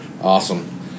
Awesome